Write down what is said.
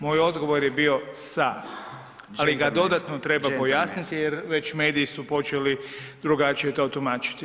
Moj odgovor je bio sa, ali ga dodatno treba pojasniti jer već mediji su počeli drugačije to tumačiti.